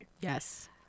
Yes